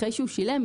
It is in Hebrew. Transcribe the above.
אחרי שהוא שילם,